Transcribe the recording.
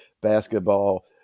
basketball